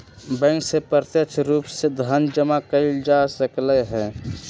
bank से प्रत्यक्ष रूप से धन जमा एइल जा सकलई ह